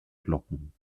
glocken